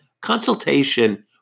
consultation